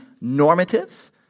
normative